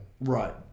right